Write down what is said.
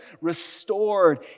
restored